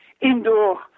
indoor